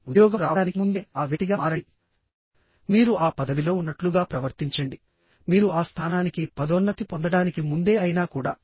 ఉద్యోగం రావడానికి ముందే ఆ వ్యక్తిగా మారండి మీరు ఆ పదవిలో ఉన్నట్లుగా ప్రవర్తించండి మీరు ఆ స్థానానికి పదోన్నతి పొందడానికి ముందే అయినా కూడా